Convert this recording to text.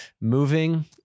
moving